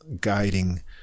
guiding